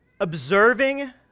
observing